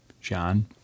John